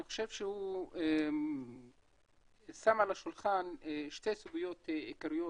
אני חושב שהוא שם על השולחן שתי סוגיות עיקריות,